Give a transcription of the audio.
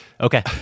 Okay